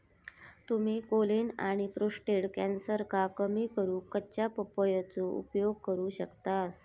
तुम्ही कोलेन आणि प्रोटेस्ट कॅन्सरका कमी करूक कच्च्या पपयेचो उपयोग करू शकतास